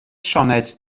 sioned